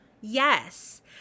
Yes